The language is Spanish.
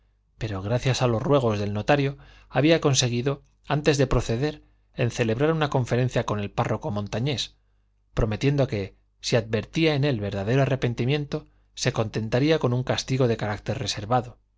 pero gracias a los ruegos del notario había consentido antes de proceder en celebrar una conferencia con el párroco montañés prometiendo que si advertía en él verdadero arrepentimiento se contentaría con un castigo de carácter reservado